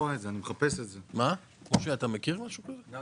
אני לא